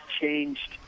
changed